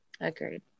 Agreed